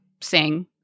sing